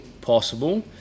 possible